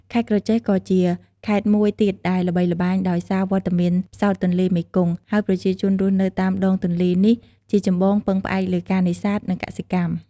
ខេត្តក្រចេះ ក៏ជាខេត្តមួយទៀតដែលល្បីល្បាញដោយសារវត្តមានផ្សោតទន្លេមេគង្គ ហើយប្រជាជនរស់នៅតាមដងទន្លេនេះជាចម្បងពឹងផ្អែកលើការនេសាទ និងកសិកម្ម។